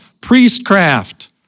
priestcraft